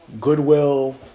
Goodwill